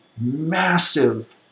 massive